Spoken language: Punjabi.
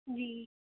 ਜੀ